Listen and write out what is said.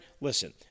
Listen